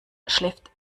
schläft